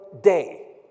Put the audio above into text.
day